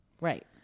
Right